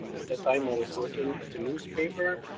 um at the time i was working at a newspaper,